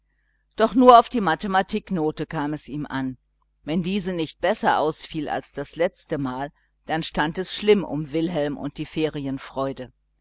doch nur für die mathematiknote interessierte er sich wenn diese nicht besser ausfiel als das letzte mal dann stund es schlimm um wilhelm schlimm auch um die